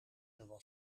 zowel